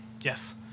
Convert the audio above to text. yes